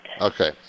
Okay